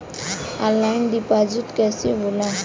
Online deposit कैसे होला?